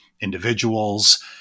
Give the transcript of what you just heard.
individuals